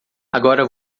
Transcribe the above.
agora